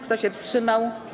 Kto się wstrzymał?